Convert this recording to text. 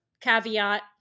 caveat